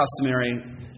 customary